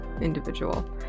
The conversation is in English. individual